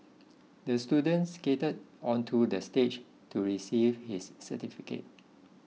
the student skated onto the stage to receive his certificate